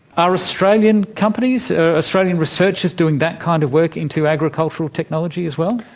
are australian companies? are australian researchers doing that kind of work into agricultural technology as well?